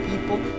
people